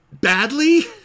badly